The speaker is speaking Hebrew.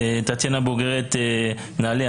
טטיאנה בוגרת נעל"ה,